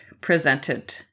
presented